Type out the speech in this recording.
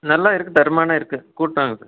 நல்லா இருக்குது தரமானதா இருக்குது கூட்டுவாங்க சார்